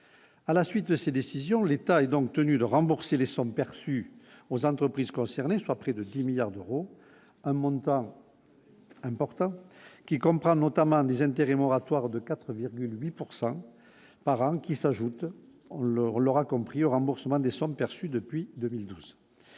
à la suite de ces décisions, l'État est donc tenu de rembourser les sommes perçues aux entreprises concernées, soit près de 10 milliards d'euros, un montant important, qui comprend notamment des intérêts moratoires de 4,8 pourcent par par an qui s'ajoutent leur l'aura compris, au remboursement des sommes perçues depuis 2012,